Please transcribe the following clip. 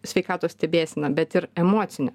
sveikatos stebėsena bet ir emocinė